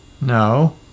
No